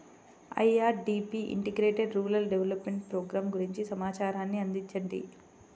IRDP integrated rural development programme గురించి సమాచారాన్ని అందించండి?